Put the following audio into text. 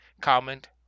comment